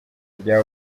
rya